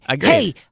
hey